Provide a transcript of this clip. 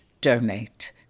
donate